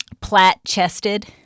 plat-chested